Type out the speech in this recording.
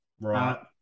Right